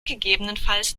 gegebenenfalls